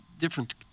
different